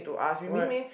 why